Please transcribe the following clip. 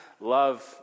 love